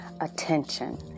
attention